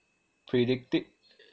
predictive